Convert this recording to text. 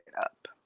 up